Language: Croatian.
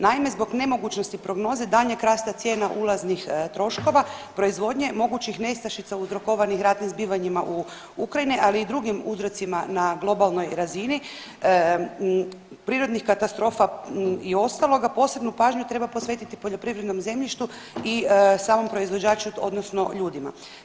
Naime, zbog nemogućnosti prognoze daljnje rasta cijena ulaznih troškova proizvodnje mogućih nestašica uzrokovanih ratnim zbivanjima u Ukrajini ali i drugim uzrocima na globalnoj razni, prirodnih katastrofa i ostaloga, posebnu pažnju treba posvetiti poljoprivrednom zemljištu i samom proizvođaču odnosno ljudima.